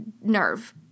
nerve